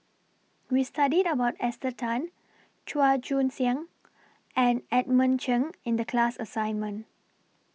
We studied about Esther Tan Chua Joon Siang and Edmund Cheng in The class assignment